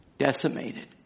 decimated